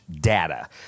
data